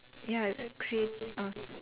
ya create on